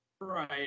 right